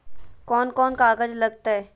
कौन कौन कागज लग तय?